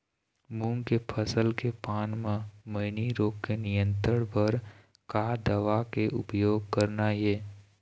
मूंग के फसल के पान म मैनी रोग के नियंत्रण बर का दवा के उपयोग करना ये?